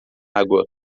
água